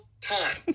time